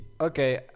okay